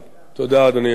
תודה, אדוני היושב-ראש.